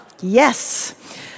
Yes